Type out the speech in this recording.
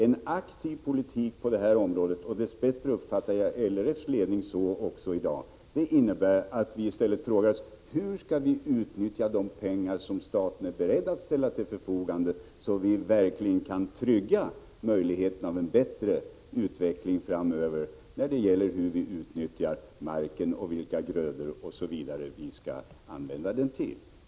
En aktiv politik på detta område — dess bättre 65 uppfattar jag att inställningen hos LRF:s ledning i dag är densamma — innebär att vi i stället frågar oss: Hur skall vi utnyttja de pengar som staten är beredd att ställa till förfogande, så att vi verkligen kan trygga möjligheten till en bättre utveckling framöver när det gäller sättet att utnyttja marken, vilka grödor vi skall använda den till osv.?